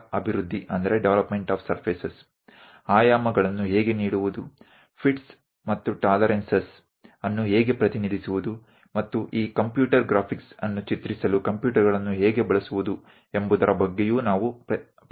આપણે સપાટીઓ ના ડેવલપમેન્ટ પરિમાણો કેવી રીતે લખવા ફિટ અને ટોલરન્સ ને કેવી રીતે રજૂ કરવા અને આ કોમ્પ્યુટર ગ્રાફિક્સ દોરવા માટે કમ્પ્યુટરનો ઉપયોગ કેવી રીતે કરવો તે શીખવાનો પ્રયાસ કરીશું